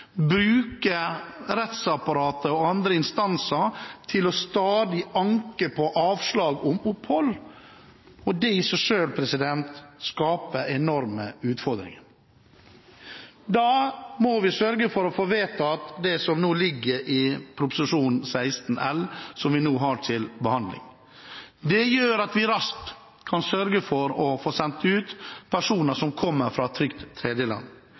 bruke rettsapparatet og andre instanser til stadig å anke avslag om opphold. Det i seg selv skaper enorme utfordringer. Derfor må vi sørge for å få vedtatt det som nå ligger i Prop. 16 L for 2015–2016, som vi nå har til behandling. Det gjør at vi raskt kan sørge for å få sendt ut personer som kommer fra et trygt tredjeland.